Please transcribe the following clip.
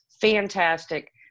fantastic